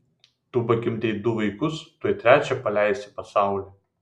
tu pagimdei du vaikus tuoj trečią paleisi į pasaulį